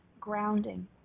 grounding